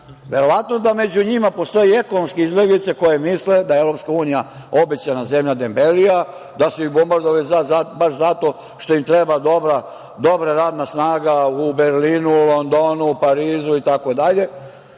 verovatno da među njima postoje i ekonomske izbeglice koje misle da je EU obećana zemlja dembelija, da su ih bombardovali baš zato što im treba dobra radna snaga u Berlinu, Londonu, Parizu itd,